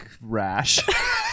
rash